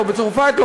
לא בצרפת,